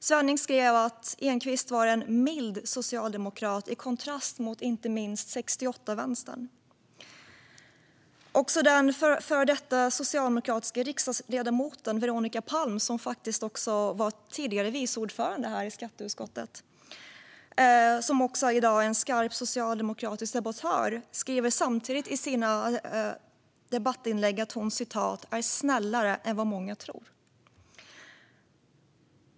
Svenning skrev att Enquist var en "mild" socialdemokrat i kontrast till inte minst 68-vänstern. Den före detta socialdemokratiska riksdagsledamoten Veronica Palm, som faktiskt tidigare var vice ordförande här i skatteutskottet och som i dag är en skarp socialdemokratisk debattör, skriver samtidigt i sina debattinlägg att hon "är snällare än vad många tror".